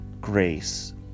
grace